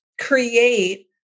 create